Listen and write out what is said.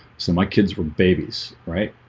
so my kids were babies right,